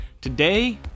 Today